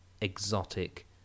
exotic